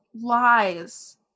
lies